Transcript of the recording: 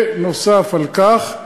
נוסף על כך,